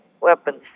weapons